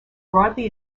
broadly